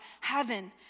heaven